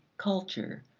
culture,